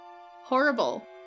Horrible